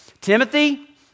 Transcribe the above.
Timothy